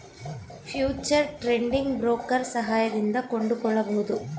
future trading broker ಸಹಾಯದಿಂದ ಕೊಂಡುಕೊಳ್ಳಬಹುದು